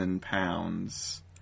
pounds